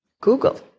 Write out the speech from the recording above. Google